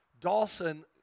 Dawson